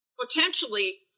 potentially